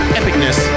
epicness